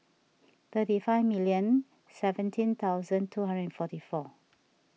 thirty five million seventeen thousand two hundred and forty four